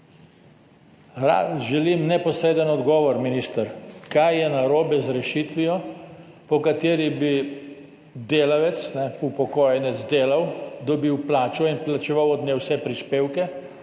Želim neposreden odgovor, minister. Kaj je narobe z rešitvijo, po kateri bi delavec upokojenec delal, dobil plačo in plačeval od nje vse prispevke